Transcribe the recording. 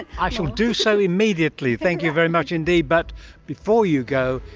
i will do so immediately. thank you very much indeed, but before you go,